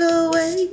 away